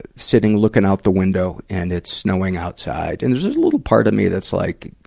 sitting looking out the window, and it's snowing outside. and there's a little part of me that's like,